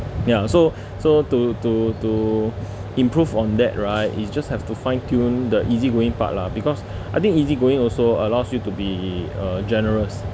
ya so so to to to improve on that right you just have to fine-tune the easy going part lah because I think easy going also allows you to be uh generous